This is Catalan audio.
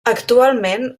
actualment